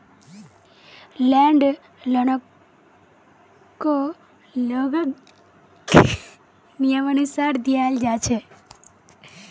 land लोनकको लोगक नियमानुसार दियाल जा छेक